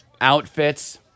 outfits